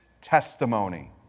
testimony